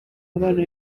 abana